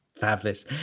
Fabulous